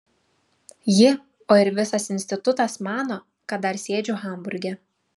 ji o ir visas institutas mano kad dar sėdžiu hamburge